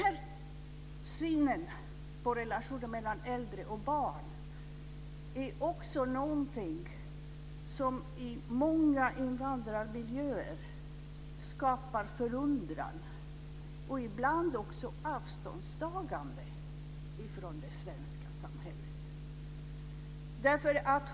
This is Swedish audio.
Denna syn på relationer mellan äldre och barn är också någonting som i många invandrarmiljöer skapar förundran och ibland också avståndstagande från det svenska samhället.